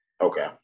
Okay